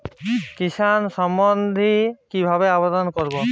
কিষান সম্মাননিধি কিভাবে আবেদন করব?